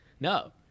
No